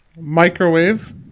Microwave